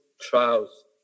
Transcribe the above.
trials